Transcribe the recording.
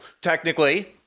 Technically—